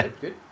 good